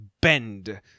bend